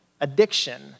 addiction